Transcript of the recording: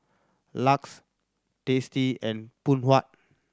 LUX Tasty and Phoon Huat